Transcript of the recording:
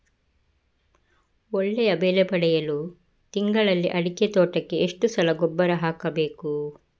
ಒಳ್ಳೆಯ ಬೆಲೆ ಪಡೆಯಲು ತಿಂಗಳಲ್ಲಿ ಅಡಿಕೆ ತೋಟಕ್ಕೆ ಎಷ್ಟು ಸಲ ಗೊಬ್ಬರ ಹಾಕಬೇಕು?